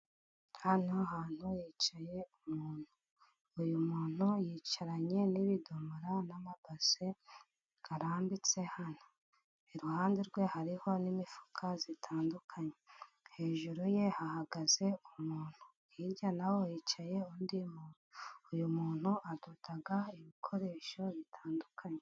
Hano hantu hicaye umuntu. Uyu muntu yicaranye n'ibidomora n'amabase arambitse hano. Iruhande rwe hariho n'imifuka itandukanye, hejuru ye hahagaze umuntu, hirya na ho hicaye undi, uyu muntu adota ibikoresho bitandukanye.